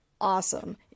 Awesome